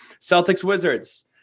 Celtics-Wizards